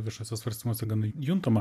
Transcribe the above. viešuose svarstymuose gana juntama